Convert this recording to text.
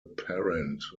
parent